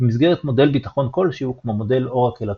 במסגרת מודל ביטחון כלשהו כמו מודל אורקל אקראי.